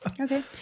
Okay